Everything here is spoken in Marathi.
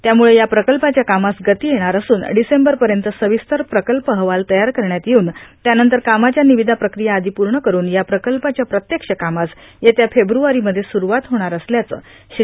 त्यामुळं या प्रकल्पाच्या कामास गती येणार असून डिसेंबरपर्यंत सविस्तर प्रकल्प अहवाल तयार करण्यात येऊन त्यानंतर कामाच्या निवीदा प्रक्रिया आदी पूर्ण करून या प्रकल्पाच्या प्रत्यक्ष कामास येत्या फेब्रवारी मध्ये सुरुवात होणार असल्याचं श्री